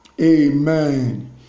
Amen